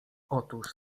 otóż